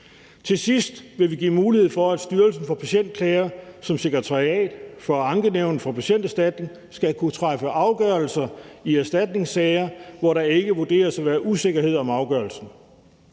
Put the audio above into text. Til sidst vil vi give mulighed for, at Styrelsen for Patientklager som sekretariat for Ankenævnet for Patienterstatningen skal kunne træffe afgørelse i erstatningssager, hvor der ikke vurderes at være usikkerhed om afgørelsen.